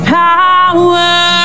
power